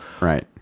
Right